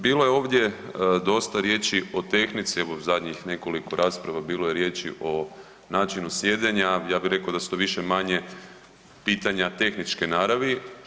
Bilo je ovdje dosta riječi o tehnici, evo zadnjih nekoliko rasprava bilo je riječi o načinu sjedenja, ja bih rekao da su to više-manje pitanja tehničke naravi.